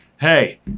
Hey